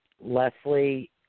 Leslie